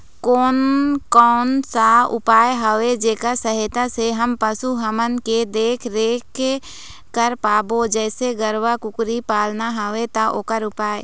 कोन कौन सा उपाय हवे जेकर सहायता से हम पशु हमन के देख देख रेख कर पाबो जैसे गरवा कुकरी पालना हवे ता ओकर उपाय?